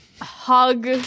hug